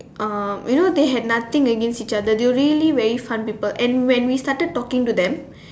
um you know they had nothing against each other they were really very fun people and when we started talking to them